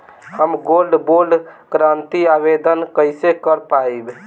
हम gold bond करतिं आवेदन कइसे कर पाइब?